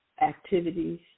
activities